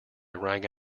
rang